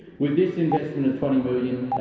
with this investment of twenty million